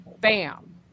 Bam